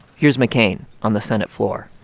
here's mccain on the senate floor.